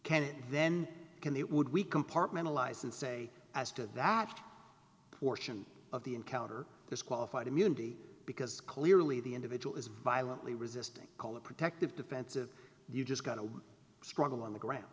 can then can they would we compartmentalize and say as to that portion of the encounter this qualified immunity because clearly the individual is violently resisting call a protective defensive you just got a struggle on the ground